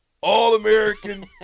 all-American